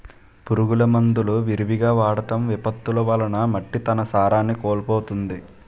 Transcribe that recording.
పురుగు మందులు విరివిగా వాడటం, విపత్తులు వలన మట్టి తన సారాన్ని కోల్పోతుంది